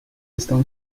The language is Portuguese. estão